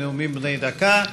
בנאומים בני דקה.